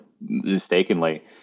mistakenly